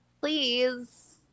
please